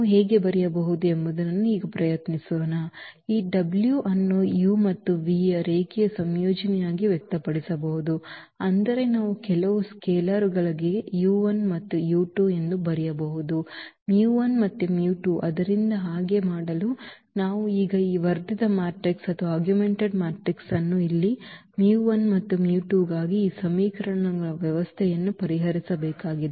ನಾವು ಹೇಗೆ ಬರೆಯಬಹುದು ಎಂಬುದನ್ನು ಈಗ ಪ್ರಯತ್ನಿಸೋಣ ನಾವು ಈ w ಅನ್ನು u ಮತ್ತು v ನ ರೇಖೀಯ ಸಂಯೋಜನೆಯಾಗಿ ವ್ಯಕ್ತಪಡಿಸಬಹುದು ಅಂದರೆ ನಾವು ಕೆಲವು ಸ್ಕೇಲರುಗಳಿಗೆ ಮತ್ತು ಎಂದು ಬರೆಯಬಹುದು ಮತ್ತು ಆದ್ದರಿಂದ ಹಾಗೆ ಮಾಡಲು ನಾವು ಈಗ ಈ ವರ್ಧಿತ ಮ್ಯಾಟ್ರಿಕ್ಸ್ ಅನ್ನು ಇಲ್ಲಿ ಮತ್ತು ಗಾಗಿ ಈ ಸಮೀಕರಣಗಳ ವ್ಯವಸ್ಥೆಯನ್ನು ಪರಿಹರಿಸಬೇಕಾಗಿದೆ